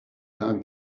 time